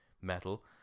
metal